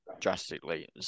drastically